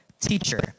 Teacher